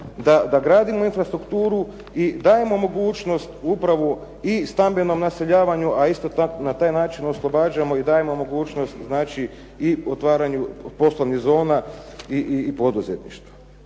da gradimo infrastrukturu i dajmo mogućnost upravo i stambenom naseljavanju, a na taj način oslobađamo i dajemo mogućnost i otvaranju poslovnih zona i poduzetništva.